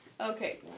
Okay